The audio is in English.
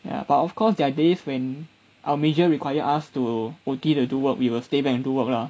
ya but of course there are days when our major require us to O_T to do work we will stay back and do work lah